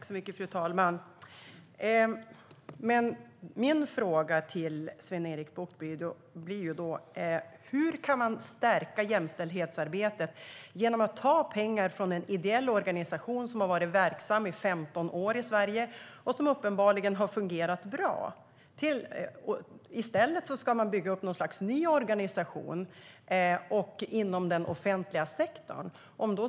Fru talman! Min fråga till Sven-Erik Bucht blir då: Hur kan man stärka jämställdhetsarbetet genom att ta pengar från en ideell organisation, som har varit verksam i Sverige i 15 år och uppenbarligen fungerat bra, och i stället bygga upp något slags ny organisation inom den offentliga sektorn?